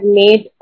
made